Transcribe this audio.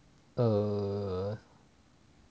err